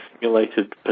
simulated